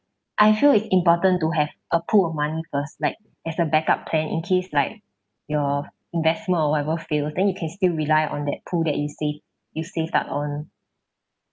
I feel it's important to have a pool of money first like as a backup plan in case like your investment or whatever fails then you can still rely on that pool that you saved you saved up on